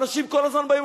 אנשים כל הזמן באים,